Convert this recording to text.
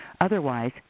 Otherwise